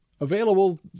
Available